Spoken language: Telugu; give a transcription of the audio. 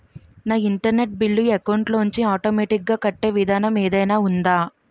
నా ఇంటర్నెట్ బిల్లు అకౌంట్ లోంచి ఆటోమేటిక్ గా కట్టే విధానం ఏదైనా ఉందా?